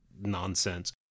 nonsense